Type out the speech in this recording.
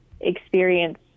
experience